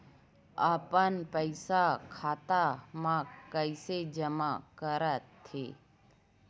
अपन पईसा खाता मा कइसे जमा कर थे?